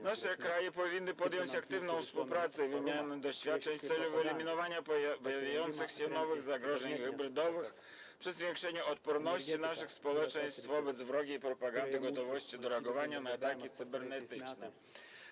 Nasze kraje powinny podjąć aktywną współpracę i wymianę doświadczeń w celu wyeliminowania pojawiających się nowych zagrożeń hybrydowych przez zwiększenie odporności naszych społeczeństw na wrogą propagandę i gotowości do reagowania na ataki cybernetyczne.